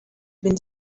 been